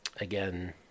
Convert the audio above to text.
Again